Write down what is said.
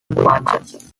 punches